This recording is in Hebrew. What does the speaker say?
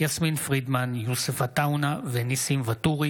יעקב אשר ונאור שירי,